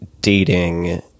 dating